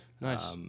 nice